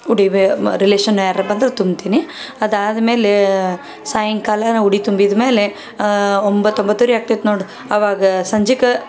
ಹುಡಿ ಬೆ ಮ ರಿಲೇಷನ್ ಯಾರಾರ ಬಂದ್ರೆ ತುಂಬ್ತೀನಿ ಅದು ಆದ್ಮೇಲೆ ಸಾಯಂಕಾಲ ನಾವು ಹುಡಿ ತುಂಬಿದ ಮೇಲೆ ಒಂಬತ್ತು ಒಂಬತ್ತು ವರೆ ಆಕ್ತೈತಿ ನೋಡು ಅವಾಗ ಸಂಜಿಕ